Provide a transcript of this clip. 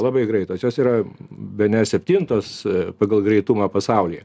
labai greitos jos yra bene septintos pagal greitumą pasaulyje